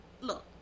look